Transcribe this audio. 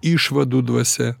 išvadų dvasia